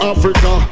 Africa